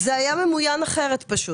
זה היה ממויין אחרת פשוט.